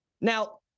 Now